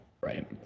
Right